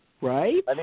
Right